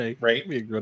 Right